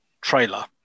trailer